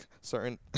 certain